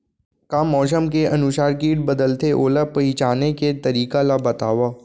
का मौसम के अनुसार किट बदलथे, ओला पहिचाने के तरीका ला बतावव?